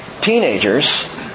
teenagers